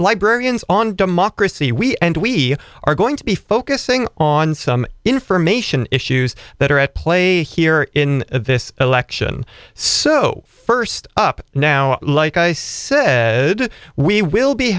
librarians on democracy we and we are going to be focusing on some information issues that are at play here in this election so first up now like i said we will be